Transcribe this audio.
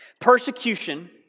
Persecution